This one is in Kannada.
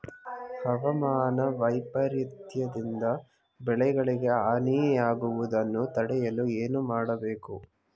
ಹವಾಮಾನ ವೈಪರಿತ್ಯ ದಿಂದ ಬೆಳೆಗಳಿಗೆ ಹಾನಿ ಯಾಗುವುದನ್ನು ತಡೆಯಲು ಏನು ಮಾಡಬೇಕು?